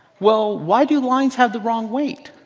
well why do lines have the wrong weight?